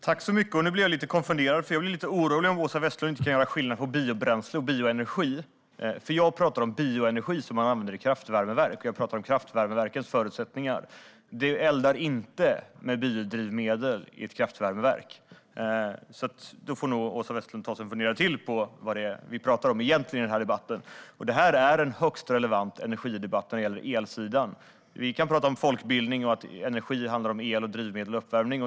Fru talman! Nu blir jag lite konfunderad. Jag blir lite orolig om Åsa Westlund inte kan skilja mellan biobränslen och bioenergi. Jag talar om bioenergi, som man använder i kraftvärmeverk, och jag talar om kraftvärmeverkens förutsättningar. Man eldar inte med biodrivmedel i ett kraftvärmeverk. Åsa Westlund får nog ta sig en funderare till på vad vi pratar om egentligen i den här debatten. Detta är en högst relevant energidebatt när det gäller elsidan. Vi kan prata om folkbildning och att energi handlar om el, drivmedel och uppvärmning.